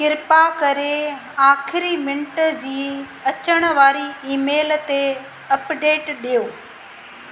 कृपा करे आख़िरी मिंट जी अचण वारी ईमेल ते अपडेट ॾियो